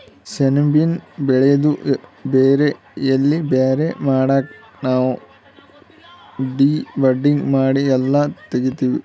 ಸೆಣಬಿನ್ ಬೆಳಿದು ಬೇರ್ ಎಲಿ ಬ್ಯಾರೆ ಮಾಡಕ್ ನಾವ್ ಡಿ ಬಡ್ಡಿಂಗ್ ಮಾಡಿ ಎಲ್ಲಾ ತೆಗಿತ್ತೀವಿ